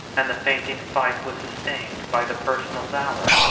and the fainting fight was sustained by the personal valor,